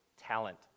talent